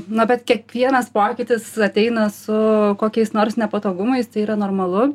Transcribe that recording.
na bet kiekvienas pokytis ateina su kokiais nors nepatogumais tai yra normalu